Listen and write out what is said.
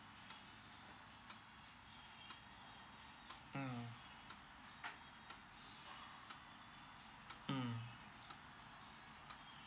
mm mm